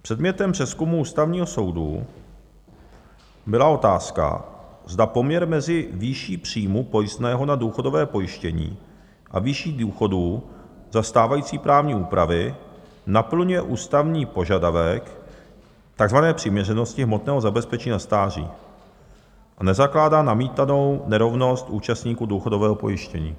Předmětem přezkumu Ústavního soudu byla otázka, zda poměr mezi výší příjmu pojistného na důchodové pojištění a výší důchodu za stávající právní úpravy naplňuje ústavní požadavek takzvané přiměřenosti hmotného zabezpečení na stáří a nezakládá namítanou nerovnost účastníků důchodového pojištění.